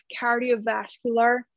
cardiovascular